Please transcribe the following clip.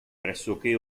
pressoché